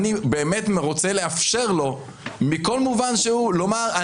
אני רוצה לאפשר לו מכל מובן שהוא לומר לו,